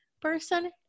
person